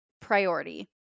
priority